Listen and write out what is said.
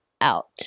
out